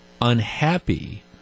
unhappy